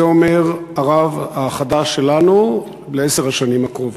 את זה אומר הרב החדש שלנו לעשר השנים הקרובות.